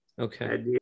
Okay